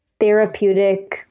therapeutic